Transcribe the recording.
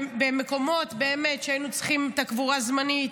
באמת במקומות שהיינו צריכים את הקבורה זמנית,